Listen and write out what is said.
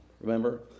remember